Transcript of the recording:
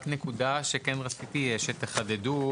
רק נקודה שכן רציתי שתחדדו,